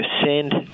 send